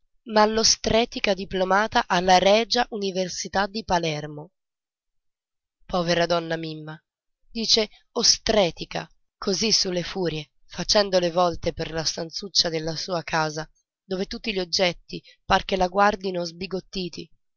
ma l'ostrètica diplomata dalla regia università di palermo povera donna mimma dice ostrètica così su le furie facendo le volte per la stanzuccia della sua casa dove tutti gli oggetti par che la guardino sbigottiti